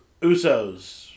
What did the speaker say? Usos